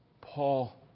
Paul